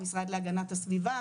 המשרד להגנת הסביבה,